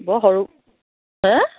বৰ সৰু হে